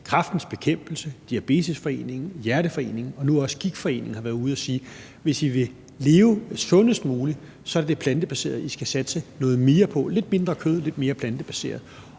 Kræftens Bekæmpelse, Diabetesforeningen, Hjerteforeningen og nu også Gigtforeningen har været ude at sige: Hvis I vil leve sundest muligt, er det det plantebaserede, I skal satse noget mere på, spise lidt mindre kød og lidt mere plantebaseret.